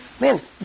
Man